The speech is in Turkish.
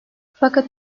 fakat